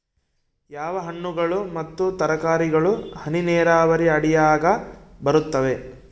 ಯಾವ ಹಣ್ಣುಗಳು ಮತ್ತು ತರಕಾರಿಗಳು ಹನಿ ನೇರಾವರಿ ಅಡಿಯಾಗ ಬರುತ್ತವೆ?